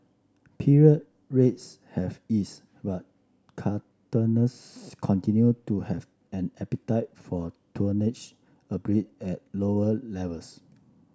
period rates have eased but continued to have an appetite for tonnage albeit at lower levels